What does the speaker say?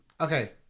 okay